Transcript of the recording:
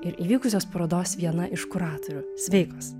ir įvykusios parodos viena iš kuratorių sveikos